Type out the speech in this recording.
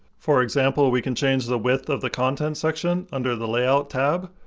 for example, we can change the width of the content section under the layout tab.